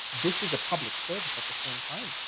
this is a public service at the same time.